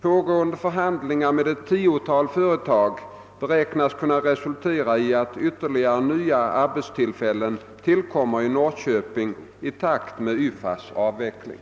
Pågående förhandlingar med ett tiotal företag beräknas kunna resultera i att ytterligare nya arbetstillfällen tillkommer i Norrköping i takt med YFA:s avveckling.